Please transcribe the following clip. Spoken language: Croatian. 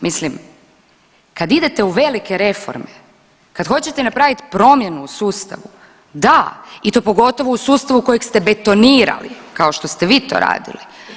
Mislim, kad idete u velike reforme, kad hoćete napraviti promjenu u sustavu, da, i to pogotovo u sustavu kojeg ste betonirali, kao što ste vi to radili.